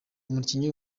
umukinnyi